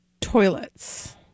toilets